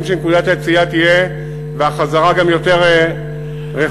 שנקודת היציאה והחזרה שלהם תהיה יותר רחוקה,